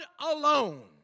alone